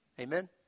Amen